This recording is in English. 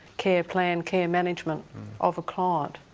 care plan, care management of a client.